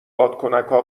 بادکنکا